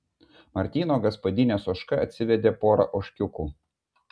martyno gaspadinės ožka atsivedė porą ožkiukų